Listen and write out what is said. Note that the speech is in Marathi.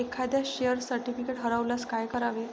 एखाद्याचे शेअर सर्टिफिकेट हरवल्यास काय करावे?